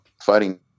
Fighting